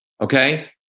Okay